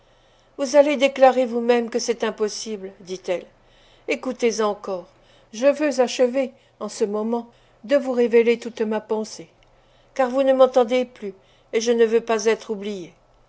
vous allez déclarer vous-même que c'est impossible dit-elle écoutez encore je veux achever en ce moment de vous révéler toute ma pensée car vous ne m'entendez plus et je ne veux pas être oubliée